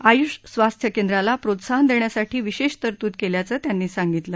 आयुष स्वास्थ्य केंद्राला प्रोत्साहन देण्यासाठी विशेष तरतूद केल्याचं त्यांनी सांगितलं